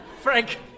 Frank